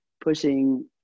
pushing